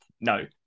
no